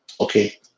Okay